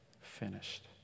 finished